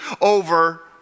over